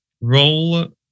Roll